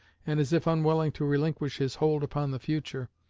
and as if unwilling to relinquish his hold upon the future,